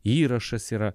įrašas yra